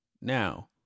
now